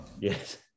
Yes